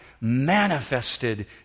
manifested